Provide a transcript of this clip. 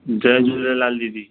जय झूलेलाल दीदी